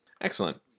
excellent